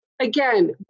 Again